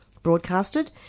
broadcasted